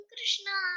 Krishna